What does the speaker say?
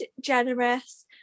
generous